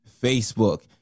Facebook